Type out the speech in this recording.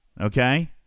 okay